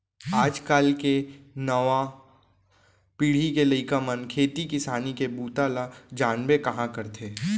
आज काल के नवा पीढ़ी के लइका मन खेती किसानी के बूता ल जानबे कहॉं करथे